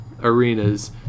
arenas